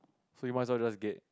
so you must or else get